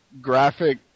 graphic